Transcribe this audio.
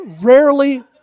rarely